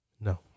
No